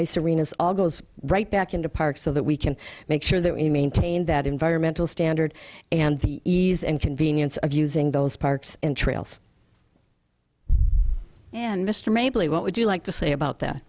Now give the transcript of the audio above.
ice arena is all goes right back into parks so that we can make sure that we maintain that environmental standard and the ease and convenience of using those parks and trails and mr mabel what would you like to say about